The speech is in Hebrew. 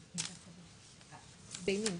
מנהלת מחלקת עלייה וקליטה ברעננה,